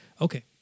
okay